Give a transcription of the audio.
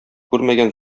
күрмәгән